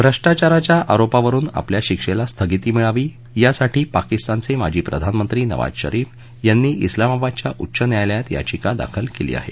भ्रष्टाचाराच्या आरोपावरून आपल्या शिक्षेला स्थगिती मिळावी यासाठी पाकिस्तानचे माजी प्रधानमंत्री नवाज शरीफ यांनी उलामाबादच्या उच्च न्यायालयात याचिका दाखल केली आहे